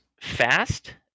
fast